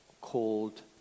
called